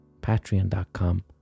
patreon.com